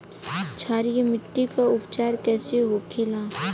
क्षारीय मिट्टी का उपचार कैसे होखे ला?